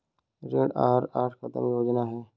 ऋण आहार आठ कदम योजना है